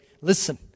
Listen